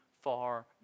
far